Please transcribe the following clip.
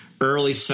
early